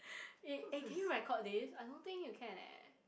eh eh can you record this I don't think you can eh